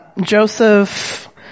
Joseph